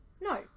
no